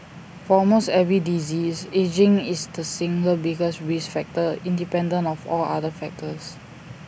for almost every disease ageing is the single biggest risk factor independent of all other factors